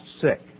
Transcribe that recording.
sick